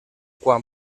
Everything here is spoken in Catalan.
quan